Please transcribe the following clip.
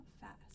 fast